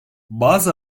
bazı